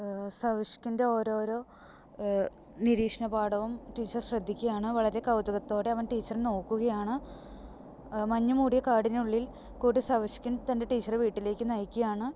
സവിഷ്കിൻ്റെ ഓരോരോ നിരീക്ഷണപാടവും ടീച്ചർ ശ്രദ്ധിക്കുകയാണ് വളരെ കൗതുകത്തോടെ അവൻ ടീച്ചർ നോക്കുകയാണ് മഞ്ഞുമൂടിയ കാടിനുള്ളിൽ കൂടി സവിഷ്കിൻ തൻ്റെ ടീച്ചറെ വീട്ടിലേക്ക് നയിക്കുകയാണ്